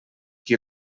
qui